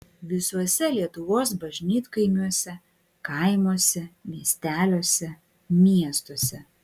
visuose lietuvos bažnytkaimiuose kaimuose miesteliuose miestuose